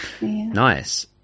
Nice